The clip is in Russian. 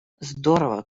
здорово